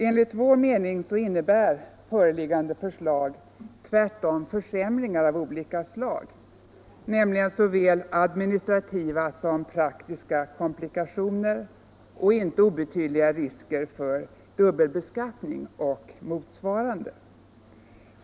Enligt vår mening innebär föreliggande förslag tvärtom försämringar av olika slag, med såväl administrativa som praktiska komplikationer och inte obetydliga risker för dubbelbeskattning och motsvarande.